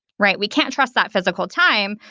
right? we can trust that physical time.